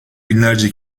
binlerce